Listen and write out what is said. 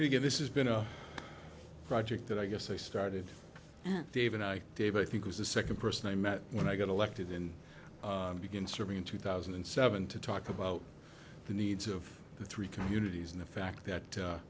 get this is been a project that i guess i started david i think was the second person i met when i got elected in begin serving in two thousand and seven to talk about the needs of the three communities and the fact that